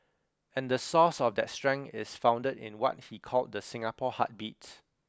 and the source of that strength is founded in what he called the Singapore heartbeat